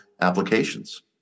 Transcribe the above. applications